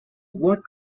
what